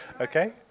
okay